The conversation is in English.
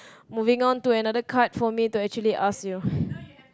moving on to another card for me to actually ask you